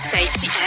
Safety